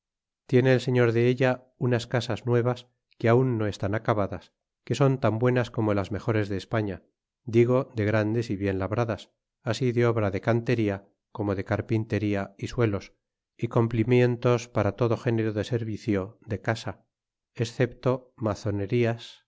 tiene el señor de ella unas casas nuevas que aun no estan acabadas que son tan buenas e como las mejores de españa digo de grandes y bien labradas a asi de obra de cauterio corno de carpintería y suelos y come plimientos para todo género de szrvic o de casa excepto